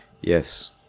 Yes